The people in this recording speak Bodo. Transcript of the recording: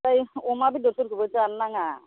बै अमा बेदरफोरखौबो जानो नाङा